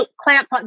clamp